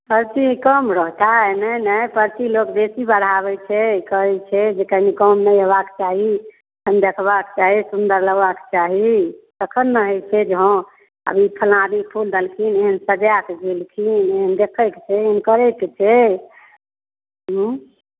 पर्ची कम रहतै नहि नहि पर्ची लोक बेसी बढ़ाबै छै कहै छै जे कनि कम नहि हेबाक चाही कनि देखबाक चाही सुन्दर लगबाक चाही तखन ने होइ छै जे हँ आब ई फल्लाँ आदमी ई फूल देलखिन एहन सजाय कऽ देलखिन एहन देखैके छै करैके छै ह्म्म